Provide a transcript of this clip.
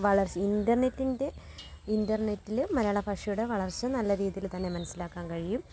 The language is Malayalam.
വളര്ച്ചയും ഇന്റര്നെറ്റിന്റെ ഇന്റര്നെറ്റില് മലയാള ഭാഷയുടെ വളര്ച്ച നല്ലരീതിയില് തന്നെ മനസിലാക്കാന് കഴിയും